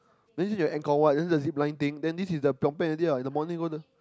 this is Angkor-Wat this is the zipline thing then this is the Phnom-Penh already [what] the morning will do